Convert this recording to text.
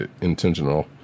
intentional